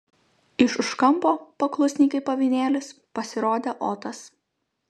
iš už kampo paklusniai kaip avinėlis pasirodė otas